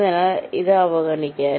അതിനാൽ ഇത് അവഗണിക്കുക